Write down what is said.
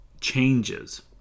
changes